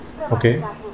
okay